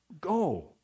go